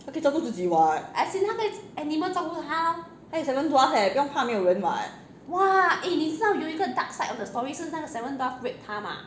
他可以照顾自己 what 还有 seven dwarf leh 不用怕没有人 what